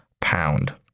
pound